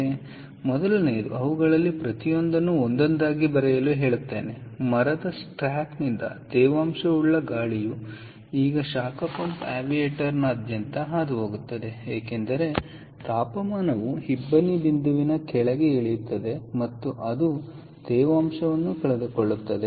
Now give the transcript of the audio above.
ಆದ್ದರಿಂದ ಮೊದಲನೆಯದು ಅವುಗಳಲ್ಲಿ ಪ್ರತಿಯೊಂದನ್ನು ಒಂದೊಂದಾಗಿ ಬರೆಯಲು ಹೇಳುತ್ತೇನೆ ಮರದ ಸ್ಟ್ಯಾಕ್ನಿಂದ ತೇವಾಂಶವುಳ್ಳ ಗಾಳಿಯು ಈಗ ಶಾಖ ಪಂಪ್ ಆವಿಯೇಟರ್ನಾದ್ಯಂತ ಹಾದು ಹೋಗುತ್ತದೆ ಏಕೆಂದರೆ ತಾಪಮಾನವು ಇಬ್ಬನಿ ಬಿಂದುವಿನ ಕೆಳಗೆ ಇಳಿಯುತ್ತದೆ ಮತ್ತು ಅದು ತೇವಾಂಶವನ್ನು ಕಳೆದುಕೊಳ್ಳುತ್ತದೆ